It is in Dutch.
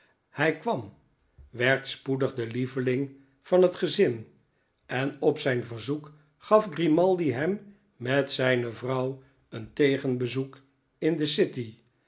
hij kwam werd spoedig de lieveling van het gezin en op zijn verzoek gaf grimaldi hem met zijne vrouw een tegenbezoek in de city